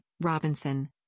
Robinson